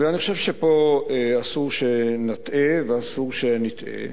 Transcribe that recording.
ואני חושב שפה אסור שנַטעה, ואסור שנִטעה.